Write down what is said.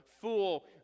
fool